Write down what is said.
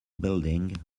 building